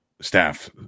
staff